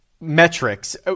metrics